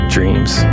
Dreams